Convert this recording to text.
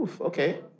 Okay